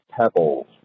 pebbles